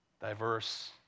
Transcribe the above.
Diverse